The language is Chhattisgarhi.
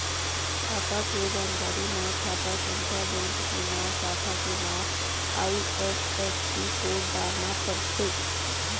खाता के जानकारी म खाता संख्या, बेंक के नांव, साखा के नांव, आई.एफ.एस.सी कोड डारना परथे